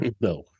No